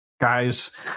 guys